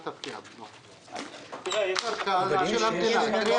זה קרקע של המדינה.